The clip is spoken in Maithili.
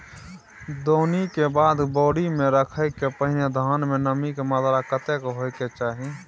दौनी के बाद बोरी में रखय के पहिने धान में नमी के मात्रा कतेक होय के चाही?